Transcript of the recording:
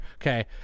okay